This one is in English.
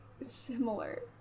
similar